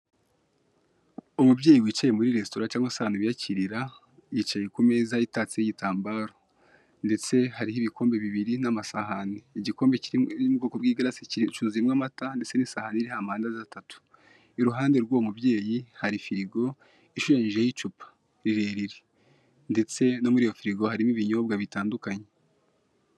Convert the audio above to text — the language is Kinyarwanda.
Umubyeyi wicaye muri resitora cyangwase ahantu biyakirira, yicaye ku imeza itatseho igitambaro, ndetse hariho ibikombe bibiri n'amasahani, igikombe kiri mubwoko bw'igarase cyuzuyemo amata ndetse n'isahani iriho amandazi atatu, iruhande rw'uwomubyeyi hari firigo ishushanyijeho icupa rire rire, ndetse no muriyo firigo harimo ibinyobwa bitandukanye.